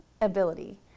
ability